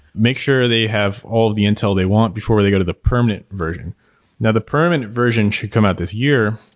make sure they have all the intel they want before they go to the permanent version now the permanent version should come out this year,